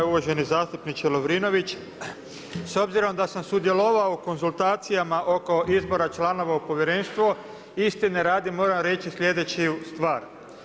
Uvaženi zastupniče Lovrinović, s obzirom da sam sudjelovao i konzultacijama oko izbora članova u Povjerenstvo, istine radi, moram reći slijedeću stvar.